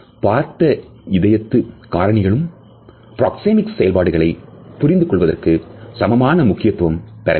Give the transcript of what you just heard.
நாம் பார்த்த இதயத்து காரணிகளும் பிராக்சேமிக்ஸ் செயல்பாடுகளை புரிந்து கொள்வதற்கு சமமான முக்கியத்துவம் பெறவில்லை